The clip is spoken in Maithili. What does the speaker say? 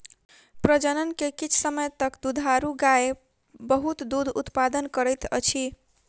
प्रजनन के किछ समय तक दुधारू गाय बहुत दूध उतपादन करैत अछि